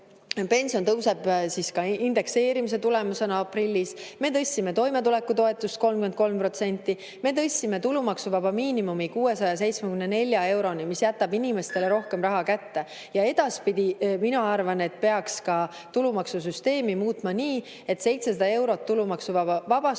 Pension tõuseb indekseerimise tulemusena aprillis, me tõstsime toimetulekutoetust 33%, me tõstsime tulumaksuvaba miinimumi 674 euroni, mis jätab inimestele rohkem raha kätte. Ja edaspidi, mina arvan, peaks ka tulumaksusüsteemi muutma nii, et 700 eurot tulumaksuvabastust oleks